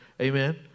Amen